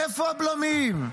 איפה הבלמים?